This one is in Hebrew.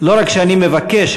לא רק שאני מבקש,